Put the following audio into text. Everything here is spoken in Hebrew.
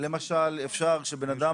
למשל אפשר שבן אדם